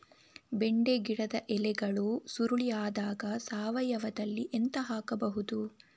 ಬೆಂಡೆ ಗಿಡದ ಎಲೆಗಳು ಸುರುಳಿ ಆದಾಗ ಸಾವಯವದಲ್ಲಿ ಎಂತ ಹಾಕಬಹುದು?